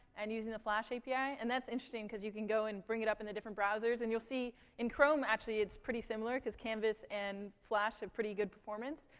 and using the flash api. and that's interesting because you can go and bring it up in the different browsers, and you'll see in chrome, actually, it's pretty similar because canvas and flash have pretty good performance.